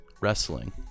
Wrestling